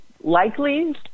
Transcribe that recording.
likely